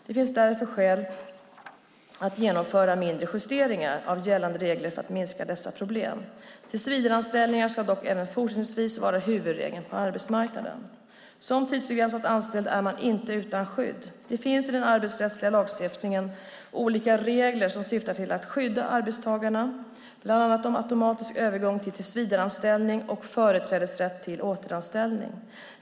Det finns därför skäl att genomföra mindre justeringar av gällande regler för att minska dessa problem. Tillsvidareanställning ska dock även fortsättningsvis vara huvudregeln på arbetsmarknaden. Som tidsbegränsat anställd är man inte utan skydd. Det finns i den arbetsrättsliga lagstiftningen olika regler som syftar till att skydda arbetstagarna, bland annat om automatisk övergång till tillsvidareanställning och företrädesrätt till återanställning.